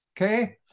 okay